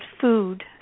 food